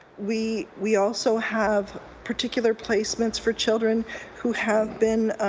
we we also have particular placements for children who have been